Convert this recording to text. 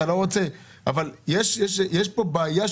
אבל יש כאן בעיה,